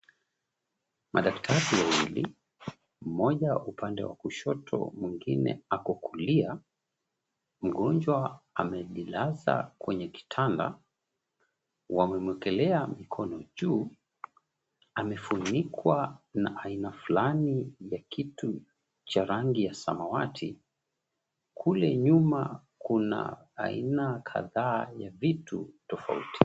Madaktari wawili, mmoja upande wa kushoto mwingine ako kulia. Mgonjwa amejilaza kwenye kitanda, wame𝑚𝑤𝑒kelea mikono juu, amefunikwa na aina fulani ya kitu cha rangi ya samawati. Kule nyuma kuna aina kadhaa ya vitu tofauti.